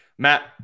Matt